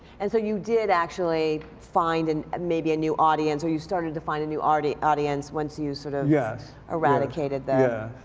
and so you did actually find and maybe a new audience or you started to find a new audience once you sort of yes. eradicated the